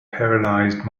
paralysed